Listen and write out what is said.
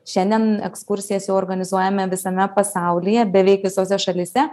šiandien ekskursijas jau organizuojame visame pasaulyje beveik visose šalyse